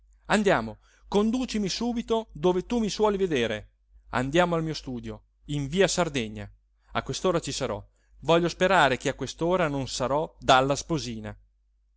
andiamo conducimi subito dove tu mi suoli vedere andiamo al mio studio in via sardegna a quest'ora ci sarò voglio sperare che a quest'ora non sarò dalla sposina